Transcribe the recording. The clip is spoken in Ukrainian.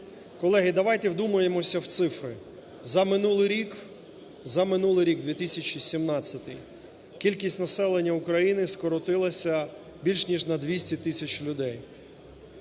Колеги, давайте вдумаємося в цифри. За минулий рік, за минулий рік 2017 кількість населення України скоротилася більш ніж на 200 тисяч людей.